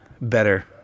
better